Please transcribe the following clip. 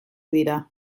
dira